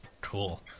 Cool